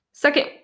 Second